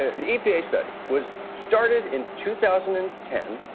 the epa study, was started in two thousand and ten.